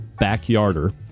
Backyarder